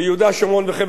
שומרון וחבל-עזה,